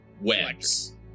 webs